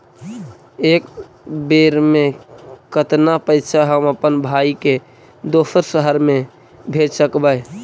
एक बेर मे कतना पैसा हम अपन भाइ के दोसर शहर मे भेज सकबै?